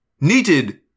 Needed